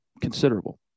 considerable